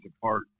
apart